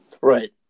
Right